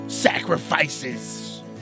sacrifices